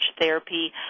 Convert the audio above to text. therapy